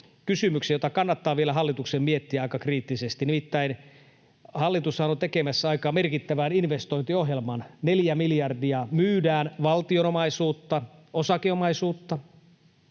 kysymyksen, jota kannattaa vielä hallituksen miettiä aika kriittisesti. Nimittäin hallitushan on tekemässä aika merkittävän investointiohjelman: 4 miljardia myydään valtion omaisuutta, osakeomaisuutta.